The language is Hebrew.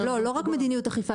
לא רק מדיניות אכיפה,